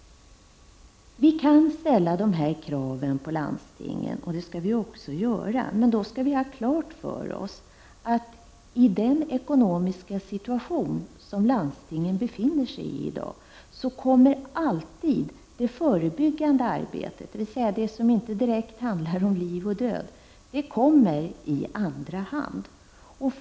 Vi kan ställa krav i detta sammanhang på landstingen, och det skall vi också göra. Men då skall vi ha klart för oss att det förebyggande arbetet — dvs. det arbete som inte direkt handlar om liv och död — alltid kommer i andra hand om den ekonomiska situationen för landstingen är som den är i dag.